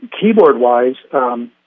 Keyboard-wise